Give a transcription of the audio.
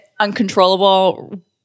uncontrollable